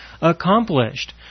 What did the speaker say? accomplished